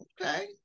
Okay